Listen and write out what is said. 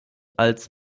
als